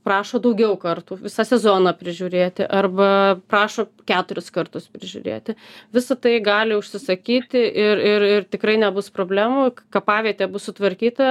prašo daugiau kartų visą sezoną prižiūrėti arba prašo keturis kartus prižiūrėti visą tai gali užsisakyti ir ir ir tikrai nebus problemų kapavietė bus sutvarkyta